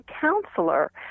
counselor